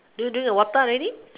did you drink your water already